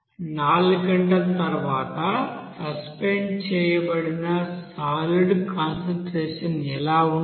4 గంటల తరువాత సస్పెండ్ చేయబడిన సాలిడ్ కాన్సంట్రేషన్ ఎలా ఉండాలి